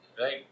Right